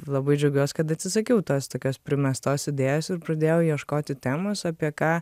labai džiaugiuos kad atsisakiau tos tokios primestos idėjos ir pradėjau ieškoti temos apie ką